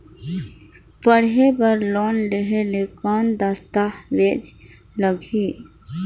पढ़े बर लोन लहे ले कौन दस्तावेज लगही?